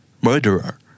Murderer